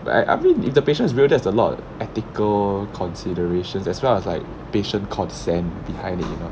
like I mean if the patient is real that's a lot of ethical considerations as well as like patient consent behind it you know